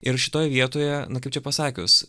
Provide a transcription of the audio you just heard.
ir šitoj vietoje na kaip čia pasakius